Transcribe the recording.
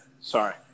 Sorry